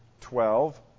Twelve